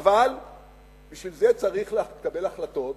אבל בשביל זה צריך לקבל החלטות